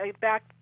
Back